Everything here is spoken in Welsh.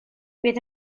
bydd